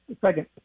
Second